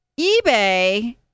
eBay